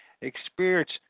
experience